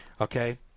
Okay